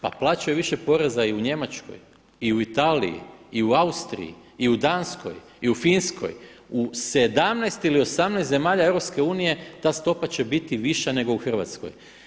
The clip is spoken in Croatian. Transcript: Pa plaćaju više poreza i u Njemačkoj i u Italiji i u Austriji i u Danskoj i u Finskoj, u 17 ili 18 zemalja Europske unije ta stopa će biti viša nego u Hrvatskoj.